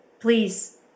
please